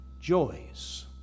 joys